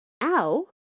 Ow